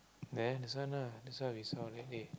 there this one lah that's what we saw then they